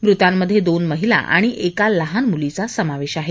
मृतांमध्ये दोन महिला आणि एका लहान मुलीचा समावेश आहे